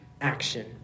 action